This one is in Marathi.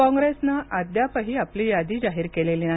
काँग्रेसनं अद्यापही आपली यादी जाहीर केलेली नाही